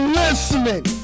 listening